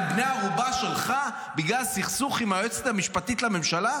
הם בני ערובה שלך בגלל סכסוך עם היועצת המשפטית לממשלה?